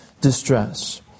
distress